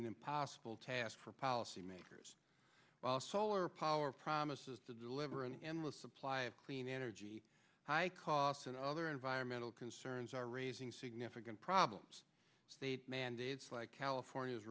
an impossible task for policymakers solar power promises to deliver an endless supply of clean energy high costs and other environmental concerns are raising significant problems state mandates like california's